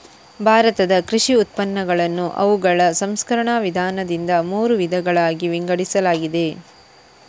ಭಾರತದ ಕೃಷಿ ಉತ್ಪನ್ನಗಳನ್ನು ಅವುಗಳ ಸಂಸ್ಕರಣ ವಿಧಾನದಿಂದ ಮೂರು ವಿಧಗಳಾಗಿ ವಿಂಗಡಿಸಲಾಗಿದೆ